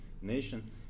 nation